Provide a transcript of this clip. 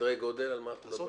סדרי גודל, על מה את מדברת?